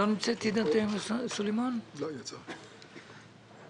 אחריה חבר הכנסת אוסמה סעדי.